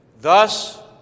Thus